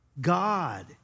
God